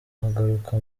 agaruka